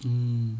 mm